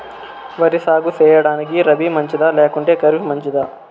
వరి సాగు సేయడానికి రబి మంచిదా లేకుంటే ఖరీఫ్ మంచిదా